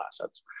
assets